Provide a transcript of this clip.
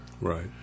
Right